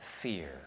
fear